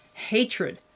Hatred